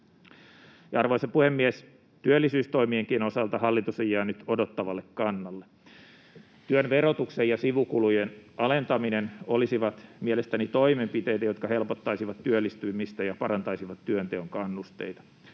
Arvoisa puhemies! Työllisyystoimienkin osalta hallitus on jäänyt odottavalle kannalle. Työn verotuksen ja sivukulujen alentamiset olisivat mielestäni toimenpiteitä, jotka helpottaisivat työllistymistä ja parantaisivat työnteon kannusteita,